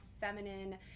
feminine